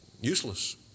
useless